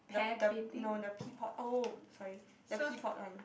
the the no the pea pot oh sorry the pea pot one